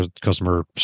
customer